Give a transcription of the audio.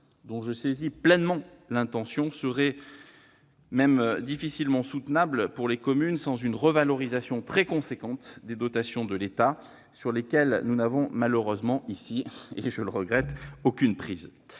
dont je saisis pleinement l'intention, seraient même difficilement soutenables pour les communes sans une revalorisation très importante des dotations de l'État, sur laquelle nous n'avons malheureusement ici- je le regrette ! -aucune prise.